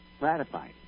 ratified